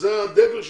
שזה הדגל שלו,